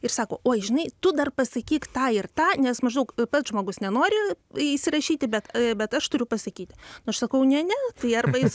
ir sako oi žinai tu dar pasakyk tą ir tą nes maždaug pats žmogus nenori įsirašyti bet bet aš turiu pasakyti aš sakau ne ne tai arba jis